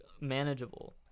manageable